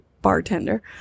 bartender